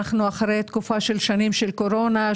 אנחנו נמצאים אחרי שנים של קורונה,